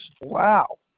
Wow